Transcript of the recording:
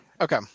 Okay